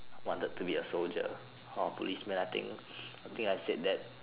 wanted to be a soldier or a policeman I think I think I said that